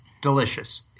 delicious